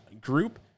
group